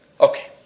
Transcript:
Okay